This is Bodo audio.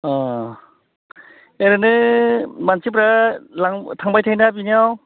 ओह ओरैनो मानसिफ्रा थांबाय थायोना बेनियाव